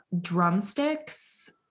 drumsticks